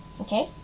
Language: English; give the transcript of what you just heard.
okay